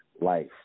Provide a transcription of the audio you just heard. life